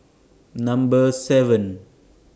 Number seven